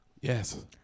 Yes